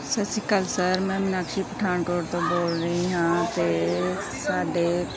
ਸਤਿ ਸ਼੍ਰੀ ਅਕਾਲ ਸਰ ਮੈਂ ਮੀਨਾਕਸ਼ੀ ਪਠਾਨਕੋਟ ਤੋਂ ਬੋਲ ਰਹੀ ਹਾਂ ਅਤੇ ਸਾਡੇ